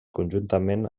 conjuntament